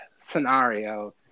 scenario